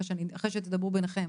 אחרי שתדברו ביניכם